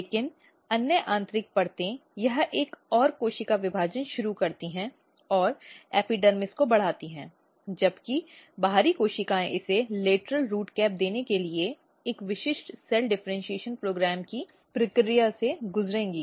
लेकिन अन्य आंतरिक परतें यह एक और कोशिका विभाजन शुरू करती हैं और एपिडर्मिस को बढ़ाती हैं जबकि बाहरी कोशिकाएं इसे लेटरल रूट कैपदेने के लिए एक विशिष्ट सेल डिफरेन्शीऐशन प्रोग्राम की प्रक्रिया से गुजरेंगी